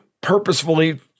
purposefully